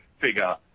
figure